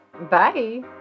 Bye